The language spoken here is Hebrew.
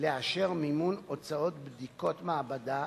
לאשר מימון הוצאות בדיקות מעבדה